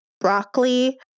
Broccoli